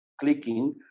clicking